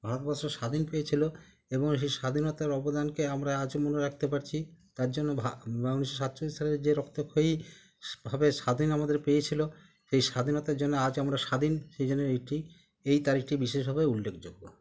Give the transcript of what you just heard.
ভারতবর্ষ স্বাধীন পেয়েছিল এবং সেই স্বাধীনতার অবদানকে আমরা আজও মনে রাখতে পারছি তার জন্য ভা উনিশশো সাতচল্লিশ সালের যে রক্তক্ষয়ী স ভাবে স্বাধীন আমাদের পেয়েছিল এই স্বাধীনতার জন্য আজ আমরা স্বাধীন সেই জন্য এইটি এই তারিখটি বিশেষভাবে উল্লেখযোগ্য